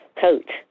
coat